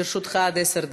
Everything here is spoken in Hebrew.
לרשותך עד עשר דקות.